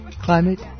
Climate